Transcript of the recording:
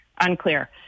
Unclear